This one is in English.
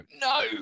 no